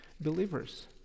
believers